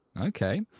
okay